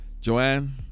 Joanne